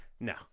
No